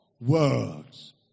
Words